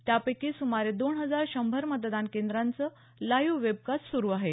त्यापैकी सुमारे दोन हजार शंभर मतदान केंद्रांचं लाइव्ह वेबकास्ट सुरू आहे